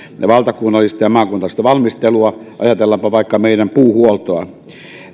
valtakunnallista ja maakunnallista valmistelua ajatellaanpa vaikka meidän puuhuoltoa